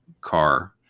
car